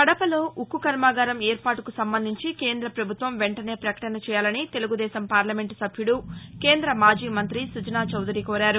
కడపలో ఉక్కు కర్మాగారం ఏర్పాటుకు సంబంధించి కేంద్ర ప్రభుత్వం వెంటనే ప్రకటన చేయాలని తెలుగుదేశం పార్లమెంటు సభ్యుడు కేంద్ర మాజీ మంతి సుజనా చౌదరి కోరారు